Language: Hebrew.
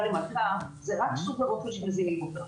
למלכה זה רק סוג האוכל שמזינים אותה.